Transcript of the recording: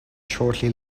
shortly